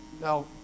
Now